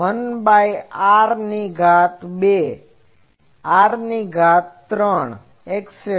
તેથી 1 by r ની ઘાત 2 r ની ઘાત 3 etc